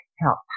help